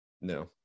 No